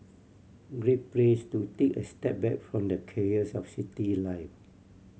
great place to take a step back from the chaos of city life